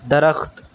درخت